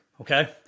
okay